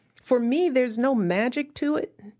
for me there's no magic to it.